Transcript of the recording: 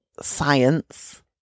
science